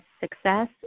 success